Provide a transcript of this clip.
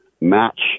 match